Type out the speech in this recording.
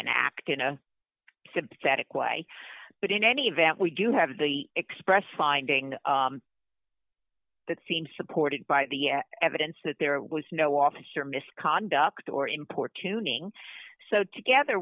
and act in a sympathetic way but in any event we do have the express finding that seem supported by the evidence that there was no officer misconduct or import tuning so together